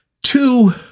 Two